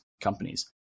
companies